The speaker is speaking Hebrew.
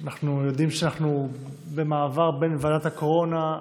אנחנו יודעים שאנחנו במעבר בין ועדת הקורונה,